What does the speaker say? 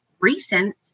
recent